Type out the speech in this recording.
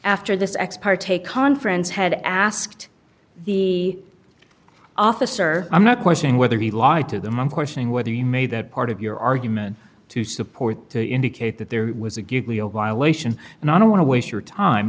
after this ex parte conference had asked the officer i'm not questioning whether he lied to them on questioning whether you made that part of your argument to support to indicate that there was a good leo violation and i don't want to waste your time